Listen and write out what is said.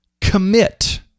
commit